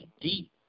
deep